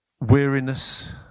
weariness